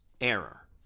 error